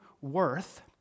worth